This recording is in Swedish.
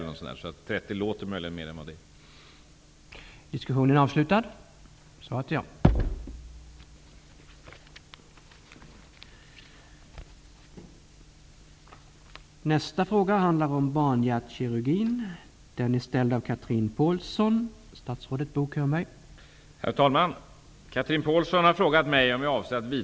30 decibel kan möjligen tyckas vara mer än vad det är.